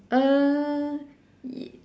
uh y~